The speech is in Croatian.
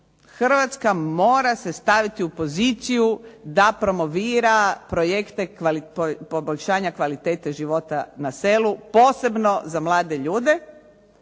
Hrvatska mora se staviti u poziciju da promovira projekte poboljšanja kvalitete života na selu, posebno za mlade ljude.